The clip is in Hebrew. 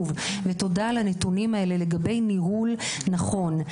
ותודה על הנתונים האלה לגבי ניהול נכון.